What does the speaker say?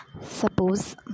Suppose